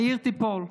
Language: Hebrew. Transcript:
העיר תיפול,